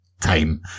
time